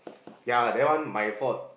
ya that one my fault